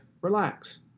relax